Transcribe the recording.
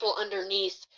underneath